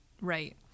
Right